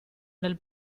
nel